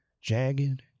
jagged